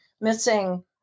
missing